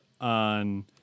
on